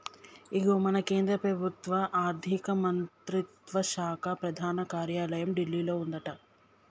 ఇగో మన కేంద్ర ప్రభుత్వ ఆర్థిక మంత్రిత్వ శాఖ ప్రధాన కార్యాలయం ఢిల్లీలో ఉందట